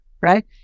right